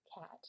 cat